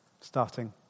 Starting